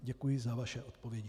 Děkuji za vaše odpovědi.